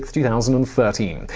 two thousand and thirteen.